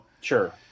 Sure